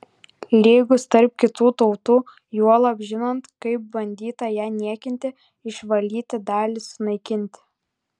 lygūs tarp kitų tautų juolab žinant kaip bandyta ją niekinti išvalyti dalį sunaikinti